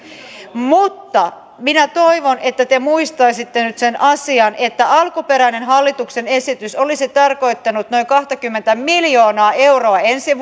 mutta minä toivon että te muistaisitte nyt sen asian että alkuperäinen hallituksen esitys olisi tarkoittanut noin kahtakymmentä miljoonaa euroa ensi